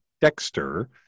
Dexter